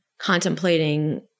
contemplating